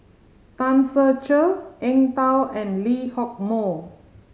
Tan Ser Cher Eng Tow and Lee Hock Moh